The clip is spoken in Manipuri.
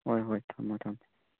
ꯍꯣꯏ ꯍꯣꯏ ꯊꯝꯃꯣ ꯊꯝꯃꯣ